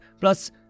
Plus